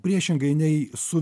priešingai nei su